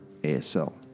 ASL